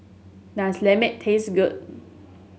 does lemang taste good